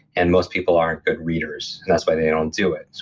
and most people aren't good readers, and that's why they don't do it. so